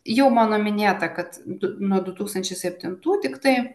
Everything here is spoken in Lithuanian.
jau mano minėta kad du nuo du tūkstančiai septintų tiktai